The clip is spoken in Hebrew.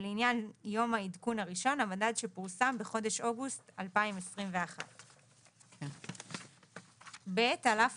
ולעניין יום העדכון הראשון - המדד שפורסם בחודש אוגוסט 2021. על אף